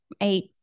Eight